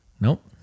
Nope